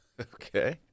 Okay